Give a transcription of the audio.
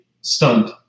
stunned